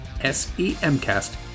S-E-M-Cast